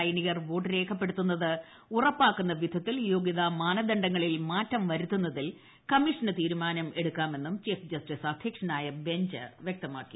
സൈനികർ വോട്ട് രേഖപ്പെടുത്തുന്നത് ഉറപ്പാക്കുന്ന വിധത്തിൽ യോഗ്യതാ മാനദണ്ഡങ്ങളിൽ മാറ്റം വരുത്തുന്നതിൽ കമ്മീഷനു തീരുമാനം എടുക്കാമെന്നും ചീഫ് ജസ്റ്റിസ് അധ്യക്ഷനായ ബെഞ്ച് വ്യക്തമാക്കി